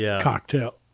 cocktail